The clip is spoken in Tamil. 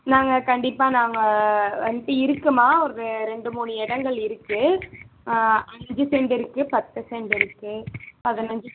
நாங்கள் கண்டிப்பாக நாங்கள் வந்துட்டு இருக்குமா ஒரு ரெண்டு மூணு இடங்கள் இருக்குது ஆ அஞ்சு செண்ட்ருக்குது பத்து செண்ட்ருக்குது பதினைஞ்சு செண்ட்ருக்குது